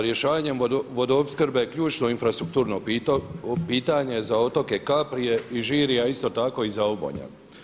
Rješavanjem vodoopskrbe ključno infrastrukturno pitanje za otoke Kapri i Žirje a isto tako i za Obonjan.